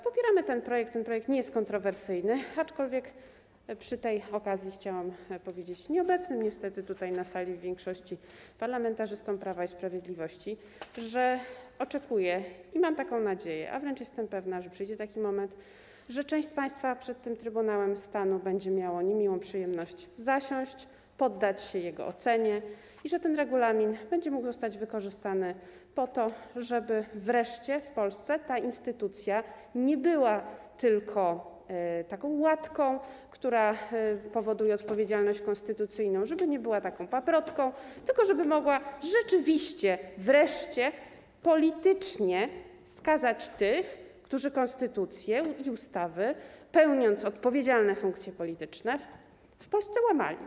Popieramy ten projekt, ten projekt nie jest kontrowersyjny, aczkolwiek przy tej okazji chciałam powiedzieć w większości niestety nieobecnym na sali parlamentarzystom Prawa i Sprawiedliwości, że oczekuję i mam taką nadzieję, a wręcz jestem pewna, że przyjdzie taki moment, że część z państwa przed tym Trybunałem Stanu będzie miało niemiłą przyjemność zasiąść, poddać się jego ocenie i że ten regulamin będzie mógł zostać wykorzystany po to, żeby wreszcie w Polsce ta instytucja nie była tylko taką łatką, która powoduje odpowiedzialność konstytucyjną, żeby nie była taką paprotką, tylko żeby rzeczywiście mogła wreszcie politycznie skazać tych, którzy konstytucję i ustawy, pełniąc odpowiedzialne funkcje polityczne w Polsce, łamali.